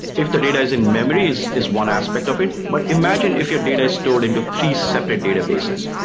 if the data is in-memory is is one aspect of it, but imagine if your data is stored into three separate databases.